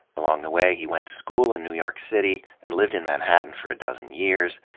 along the way he went to school in new york city and lived in manhattan for a dozen years,